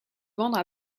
vendre